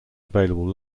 available